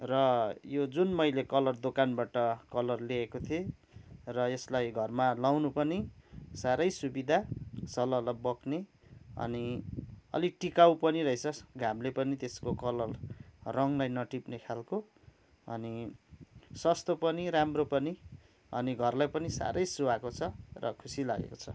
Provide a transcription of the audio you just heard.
र यो जुन मैले कलर दोकानबाट कलर लिएको थिएँ र यसलाई घरमा लाउनु पनि सारै सुविधा सलल बग्ने अनि अलिक टिकाउ पनि रहेछ घामले पनि त्यसको कलर रङलाई नटिप्ने खालको अनि सस्तो पनि राम्रो पनि अनि घरलाई पनि साह्रै सुहाएको छ र खुसी लागेको छ